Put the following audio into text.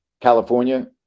California